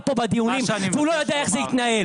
פה בדיונים והוא לא יודע איך זה מתנהל.